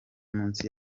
munsi